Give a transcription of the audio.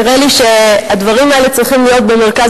נראה לי שהדברים האלה צריכים להיות במרכז